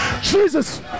Jesus